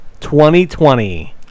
2020